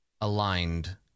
aligned